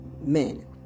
men